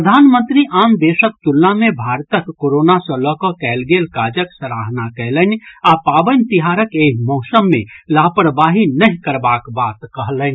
प्रधानमंत्री आन देशक तुलना मे भारतक कोरोना सँ लऽ कऽ कयल गेल काजक सराहना कयलनि आ पावनि तिहारक एहि मौसम मे लापरवाही नहि करबाक बात कहलनि